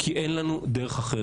כי אין לנו דרך אחרת.